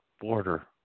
Border